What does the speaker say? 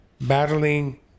battling